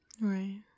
Right